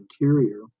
Interior